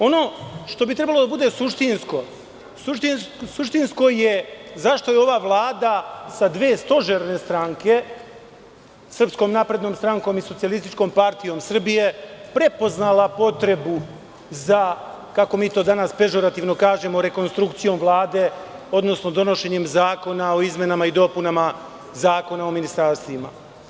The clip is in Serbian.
Ono što bi trebalo da bude suštinsko, suštinsko je zašto je ova vlada sa dve stožerne stranke, SNS i SPS, prepoznala potrebu za, kako mi to danas pežorativno kažemo, rekonstrukcijom Vlade, odnosno donošenjem zakona o izmenama i dopunama Zakona o ministarstvima.